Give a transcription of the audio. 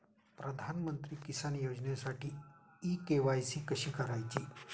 प्रधानमंत्री किसान योजनेसाठी इ के.वाय.सी कशी करायची?